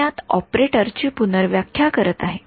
मी यात ऑपरेटर ची पुनर्व्याख्या करीत आहे